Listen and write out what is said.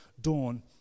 dawn